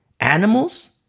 Animals